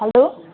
hello